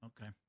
Okay